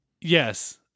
yes